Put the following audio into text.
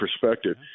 perspective